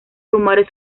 rumores